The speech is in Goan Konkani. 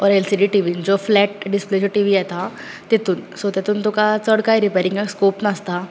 ऑर एलसीडी टीवीन ज्यो फ्लॅट डिस्प्लेच्यो टीवी येता तेतूंत सो तातूंत तुका चड काय रिपेरींगाक स्कोप नासता